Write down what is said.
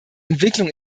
entwicklung